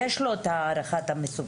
יש לו את הערכת המסוכנות.